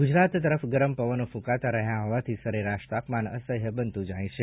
ગુજરાત તરફ ગરમ પવનો ફૂંકાતા રહ્યા હોવાથી સરેરાશ તાપમાન અસહ્ય બનતું જાય છે